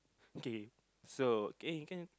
okay so eh can